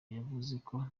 yavuzwe